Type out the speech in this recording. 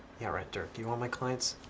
yeah, right, dirk you want my clients?